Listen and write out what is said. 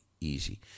easy